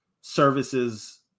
services